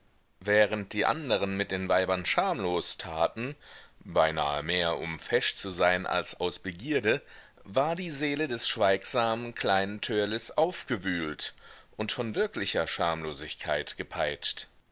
während die anderen mit den weibern schamlos taten beinahe mehr um fesch zu sein als aus begierde war die seele des schweigsamen kleinen törleß aufgewühlt und von wirklicher schamlosigkeit gepeitscht